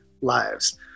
lives